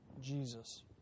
Jesus